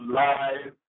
live